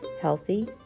healthy